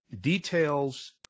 Details